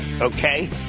okay